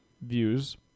views